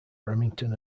remington